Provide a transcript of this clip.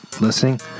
listening